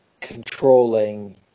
controlling